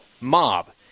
mob